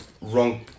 wrong